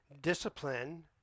Discipline